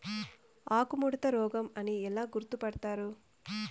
ఆకుముడత రోగం అని ఎలా గుర్తుపడతారు?